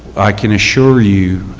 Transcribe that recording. i can assure you,